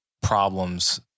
problems